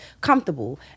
comfortable